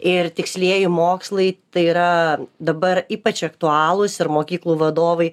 ir tikslieji mokslai tai yra dabar ypač aktualūs ir mokyklų vadovai